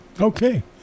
Okay